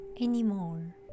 anymore